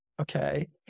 Okay